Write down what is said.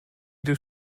des